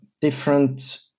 different